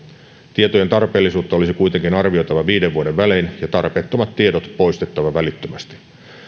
tietojen tarpeellisuutta olisi kuitenkin arvioitava viiden vuoden välein ja tarpeettomat tiedot poistettava välittömästi